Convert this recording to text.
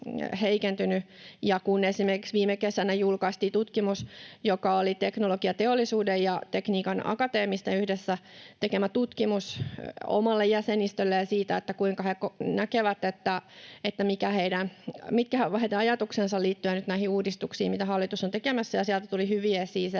Kun esimerkiksi viime kesänä julkaistiin tutkimus, joka oli Teknologiateollisuuden ja Tekniikan Akateemisten yhdessä tekemä tutkimus omalle jäsenistölleen siitä, kuinka he näkevät tämän ja mitkä ovat heidän ajatuksensa liittyen nyt näihin uudistuksiin, mitä hallitus on tekemässä, niin sieltä tuli hyviä ajatuksia.